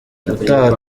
ubutaha